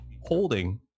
holding